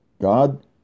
God